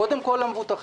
קודם כול למבוטחים,